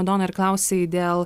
madona ir klausei dėl